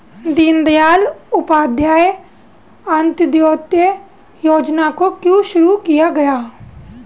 दीनदयाल उपाध्याय अंत्योदय योजना को क्यों शुरू किया गया?